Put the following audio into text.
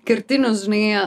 kertinius žinai